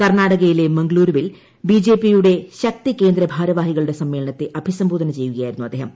കർണാടകയിലെ മംഗ്ളൂരുവിൽ B J P യുടെ ശക്തികേന്ദ്ര ഭാരവാഹികളുടെ സമ്മേളനത്തെ അഭിസംബോധന ചെയ്യുകയായിരുന്നു അദ്ദേഹം